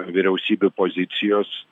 vyriausybių pozicijos